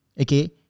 okay